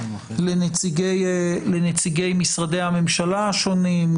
לנציגי משרדי הממשלה השונים,